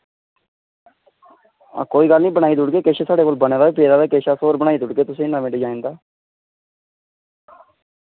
हां कोई गल्ल नेईं बनाई देऊड़गे किश साढ़े कोल बने दा बी पेदा ते किश अस और बनाई देऊड़गेतुसें नमें डिजाइन दा